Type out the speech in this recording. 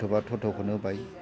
auto बा टट'खौनो बाय